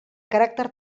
caràcter